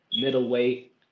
middleweight